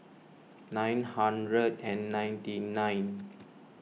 nine hundred and ninety nine